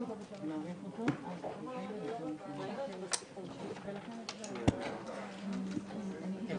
הישיבה ננעלה בשעה 11:40.